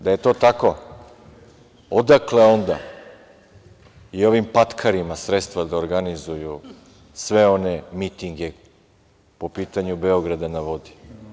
Da je to tako, odakle onda i ovim patkarima sredstva da organizuju sve one mitinge po pitanju Beograda na vodi?